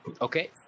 Okay